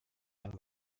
yang